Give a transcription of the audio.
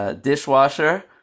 Dishwasher